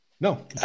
No